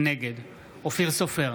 נגד אופיר סופר,